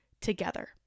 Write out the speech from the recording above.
together